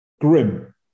grim